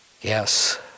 Yes